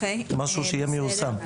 זה משהו שיהיה מיושם.